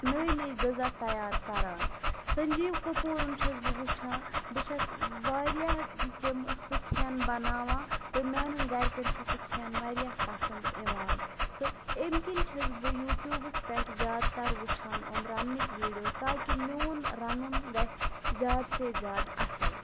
نٔے نٔے غذا تیار کَران سٔنجیٖو کَپوٗرُن چھس بہٕ وٕچھان بہٕ چھس واریاہ تِمہٕ سُہ کھٮ۪ن بَناوان تہٕ میٛانٮ۪ن گَرِکٮ۪ن چھُ سُہ کھٮ۪ن واریاہ پَسنٛد یِوان تہٕ امہِ کِنۍ چھس بہٕ یوٗٹوٗبَس پٮ۪ٹھ زیادٕ تَر وٕچھان یِم رَننٕکۍ ویٖڈیو تاکہِ میون رَنُن گژھِ زیادٕ سے زیادٕ اَصٕل